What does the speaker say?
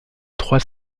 trois